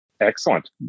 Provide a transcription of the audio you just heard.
Excellent